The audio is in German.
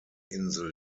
insel